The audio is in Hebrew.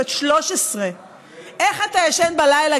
בת 13. איך אתה ישן בלילה,